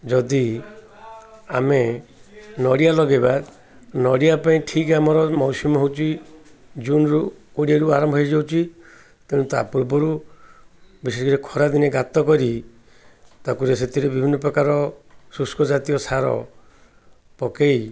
ଯଦି ଆମେ ନଡ଼ିଆ ଲଗେଇବା ନଡ଼ିଆ ପାଇଁ ଠିକ ଆମର ମୌସମ ହେଉଛି ଜୁନରୁ ଓଡ଼ିଆରୁ ଆରମ୍ଭ ହେଇଯାଉଛି ତେଣୁ ତା' ପୂର୍ବରୁ ବିଶେଷ କରି ଖରାଦିନେ ଗାତ କରି ତାକୁରେ ସେଥିରେ ବିଭିନ୍ନ ପ୍ରକାର ଶୁଷ୍କ ଜାତୀୟ ସାର ପକେଇ